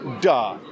duh